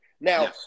Now